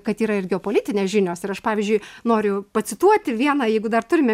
kad yra ir geopolitinės žinios ir aš pavyzdžiui noriu pacituoti vieną jeigu dar turime